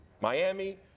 Miami